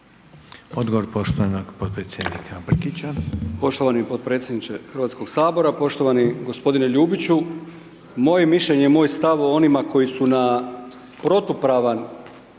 (HDZ)** Poštovani podpredsjedniče Hrvatskog sabora, poštovani gospodine Ljubiću, moje mišljenje i moj stav o onima koji su na protupravan